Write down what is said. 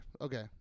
okay